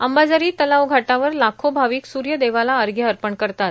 अंबाझरी तलाव घाटावर लाखो भाविक सूर्यदेवाला अघ्र्य अर्पण करतात